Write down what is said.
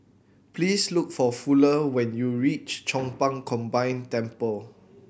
please look for Fuller when you reach Chong Pang Combined Temple